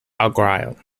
argyle